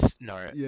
No